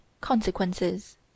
Consequences